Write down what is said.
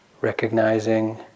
recognizing